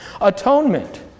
Atonement